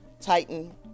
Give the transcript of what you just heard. titan